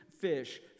fish